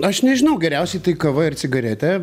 aš nežinau geriausiai tai kava ir cigaretė